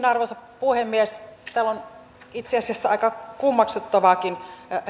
arvoisa puhemies täällä on itse asiassa aika kummeksuttavaakin